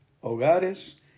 hogares